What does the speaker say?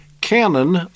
canon